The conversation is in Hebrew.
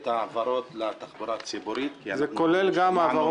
אנחנו נפנה.